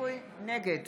נגד